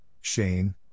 Shane